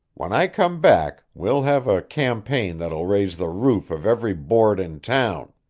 when i come back we'll have a campaign that will raise the roof of every board in town.